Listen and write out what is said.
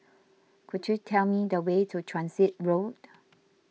could you tell me the way to Transit Road